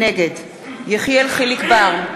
נגד יחיאל חיליק בר,